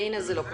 והנה זה לא קרה.